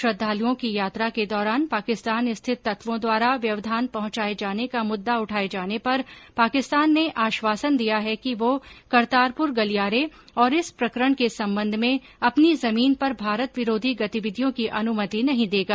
श्रद्वालुओं की यात्रा के दौरान पाकिस्तान स्थित तत्वों द्वारा व्यवधान पहंचाये जाने का मुद्दा उठाये जाने पर पाकिस्तान ने आश्वासन दिया है कि वह करतारपुर गलियारे और इस प्रकरण के संबंध में अपनी जमीन पर भारत विरोधी गतिविधियों की अनुमति नहीं देगा